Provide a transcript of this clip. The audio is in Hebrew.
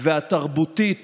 והתרבותית